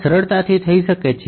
આ સરળતાથી થઈ શકે છે